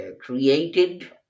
created